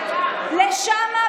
לשם,